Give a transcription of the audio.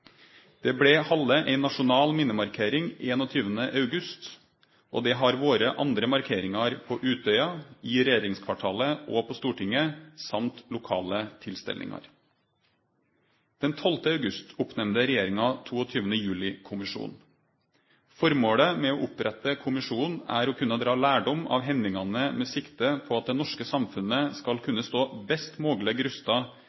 Det blei halde ei nasjonal minnemarkering 21. august, og det har vore andre markeringar på Utøya, i regjeringskvartalet og på Stortinget samt lokale tilstellingar. Den 12. august oppnemnde regjeringa 22. juli-kommisjonen. Formålet med å opprette kommisjonen er å kunne dra lærdom av hendingane med sikte på at det norske samfunnet skal kunne stå best mogleg rusta